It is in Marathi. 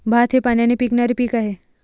भात हे पाण्याने पिकणारे पीक आहे